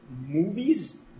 Movies